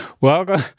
Welcome